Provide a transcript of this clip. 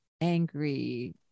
angry